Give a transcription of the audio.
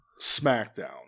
SmackDown